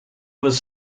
was